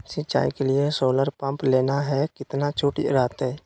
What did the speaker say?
सिंचाई के लिए सोलर पंप लेना है कितना छुट रहतैय?